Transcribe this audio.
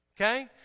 okay